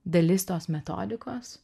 dalis tos metodikos